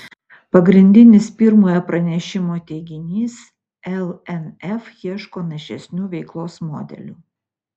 pagrindinis pirmojo pranešimo teiginys lnf ieško našesnių veiklos modelių